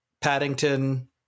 Paddington